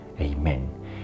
amen